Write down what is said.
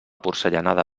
porcellana